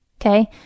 Okay